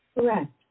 Correct